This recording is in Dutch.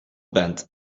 bent